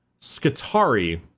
Skatari